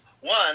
One